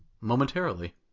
momentarily